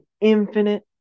infinite